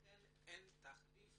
לכן אין תחליף